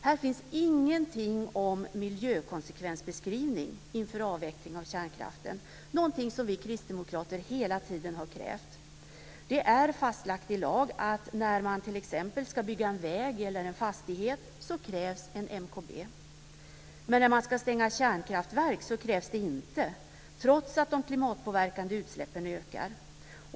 Här finns ingenting om miljökonsekvensbeskrivning inför avvecklingen av kärnkraften, något som vi kristdemokrater hela tiden har krävt. Det är fastlagt i lag att när man t.ex. ska bygga en väg eller en fastighet krävs en MKB. Men när man ska stänga kärnkraftverk krävs den inte, trots att de klimatpåverkande utsläppen ökar.